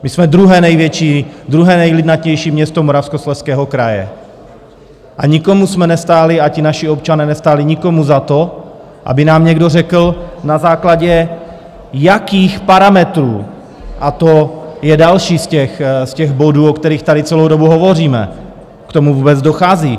My jsme druhé největší, druhé nejlidnatější město Moravskoslezského kraje a nikomu jsme nestáli a ti naši občané nestáli nikomu za to, aby nám někdo řekl, na základě jakých parametrů a to je další z těch bodů, o kterých tady celou dobu hovoříme k tomu vůbec dochází.